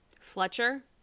Fletcher